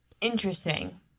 Interesting